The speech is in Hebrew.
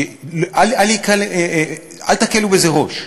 אל תקלו בזה ראש.